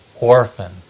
orphan